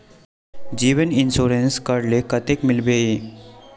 जीवन इंश्योरेंस करले कतेक मिलबे ई?